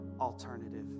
alternative